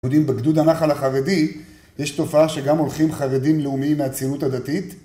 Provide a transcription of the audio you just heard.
יודעים בגדוד הנחל החרדי יש תופעה שגם הולכים חרדים לאומיים מהציונות הדתית